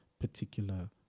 particular